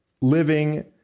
living